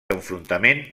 enfrontament